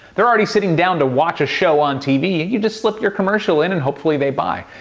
they're already sitting down to watch a show on tv. you just slip your commercial in and hopefully they buy.